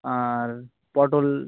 আর পটল